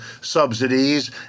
subsidies